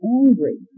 angry